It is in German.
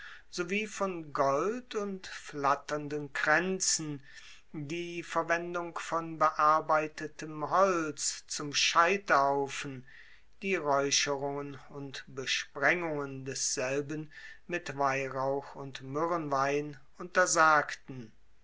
sowie von gold und flatternden kraenzen die verwendung von bearbeitetem holz zum scheiterhaufen die raeucherungen und besprengungen desselben mit weihrauch und myrrhenwein untersagten